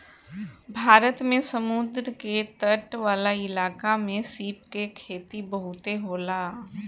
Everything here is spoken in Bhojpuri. भारत में समुंद्र के तट वाला इलाका में सीप के खेती बहुते होला